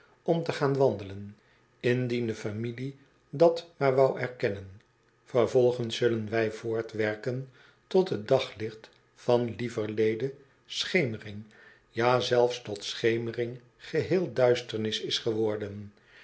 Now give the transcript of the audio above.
om te gaan wandelen indien de familie dat maar wou erkennen vervolgens zullen wij voortwerken tot het daglicht van lieverlede schemering ja zelfs tot deschemering geheel duisternis is geworden